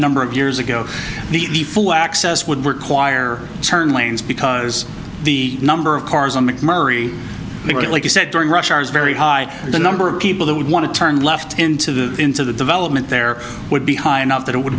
number of years ago the full access would require turn lanes because the number of cars on mcmurry it like you said during rush hour is very high the number of people who would want to turn left into the into the development there would be high enough that it would